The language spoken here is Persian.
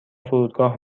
فرودگاه